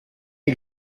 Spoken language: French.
est